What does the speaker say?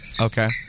Okay